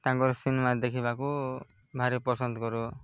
ତାଙ୍କର ସିନେମା ଦେଖିବାକୁ ଭାରି ପସନ୍ଦ କରୁ